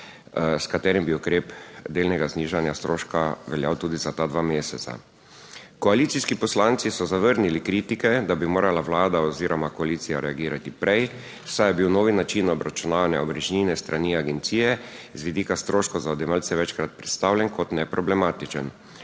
s katerim bi ukrep delnega znižanja stroška veljal tudi za ta dva meseca. Koalicijski poslanci so zavrnili kritike, da bi morala vlada oziroma koalicija reagirati prej, saj je bil novi način obračunavanja omrežnine s strani agencije z vidika stroškov za odjemalce večkrat predstavljen kot neproblematičen.